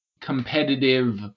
competitive